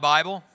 Bible